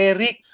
Eric